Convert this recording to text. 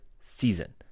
season